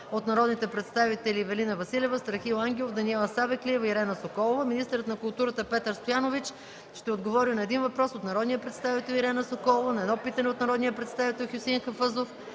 от народните представители Ивелина Василева; Страхил Ангелов; Даниела Савеклиева и Ирена Соколова. Министърът на културата Петър Стоянович ще отговори на един въпрос от народния представител Ирена Соколова и на едно питане от народния представител Хюсеин Хафъзов.